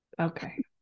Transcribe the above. Okay